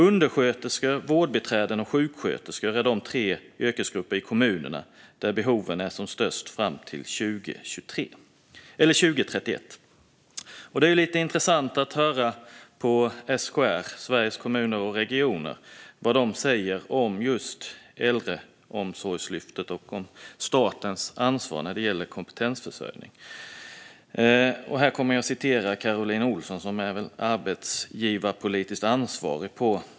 Undersköterskor, vårdbiträden och sjuksköterskor är de tre yrkesgrupper i kommunerna där behoven är som störst fram till 2031. Det är lite intressant att höra vad SKR, Sveriges Kommuner och Regioner, säger om just Äldreomsorgslyftet och om statens ansvar när det gäller kompetensförsörjning.